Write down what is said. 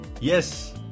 Yes